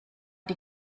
die